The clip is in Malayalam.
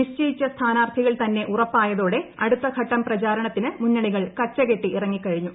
നിശ്ചയിച്ച സ്ഥാനാർത്ഥികൾ തന്നെ ഉറപ്പായതോടെ അടുത്ത ഘട്ടം പ്രചാരണത്തിന് മുന്നണികൾ കച്ച കെട്ടി ഇറങ്ങിക്കഴിഞ്ഞു